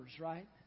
right